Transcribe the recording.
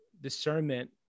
discernment